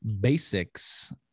Basics